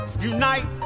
unite